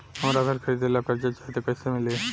हमरा घर खरीदे ला कर्जा चाही त कैसे मिली?